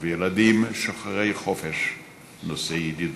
ובילדים שוחרי חופש נושאי ידידות.